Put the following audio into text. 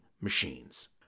machines